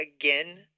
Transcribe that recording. again